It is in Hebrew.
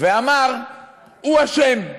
ואמר שהוא אשם.